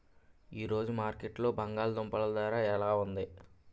ఈ రోజు మార్కెట్లో బంగాళ దుంపలు ధర ఎలా ఉంది?